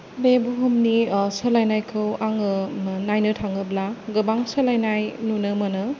बे बुहुमनि सोलायनायखौ आङो नायनो थाङोब्ला गोबां सोलायनाय नुनो मोनो